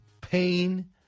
pain